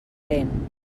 lent